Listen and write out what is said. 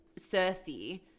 Cersei